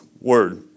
Word